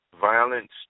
violence